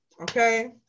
Okay